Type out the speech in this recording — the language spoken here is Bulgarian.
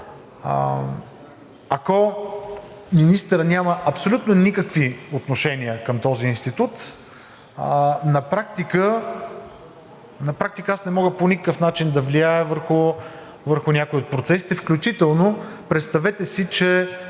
ако министърът няма абсолютно никакви отношения към този институт, на практика аз не мога по никакъв начин да влияя върху някои от процесите, включително представете си, че